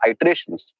iterations